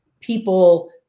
people